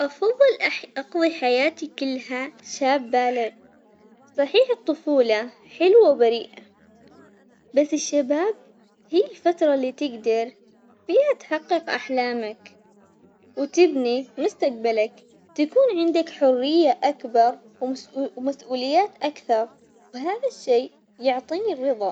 أفضل أح- أقضي حياتي كلها شابة ليه؟ صحيح الطفولة حلوة وبريئة بس الشباب هي الفترة اللي تقدر فيها تحقق أحلامك وتبني مستقبلك، تكون عندك حرية أكبر ومسئو- ومسئوليات أكثر وهذا الشي يعطيني الرضا.